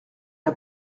n’a